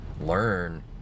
learn